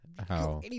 how-